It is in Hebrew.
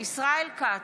ישראל כץ,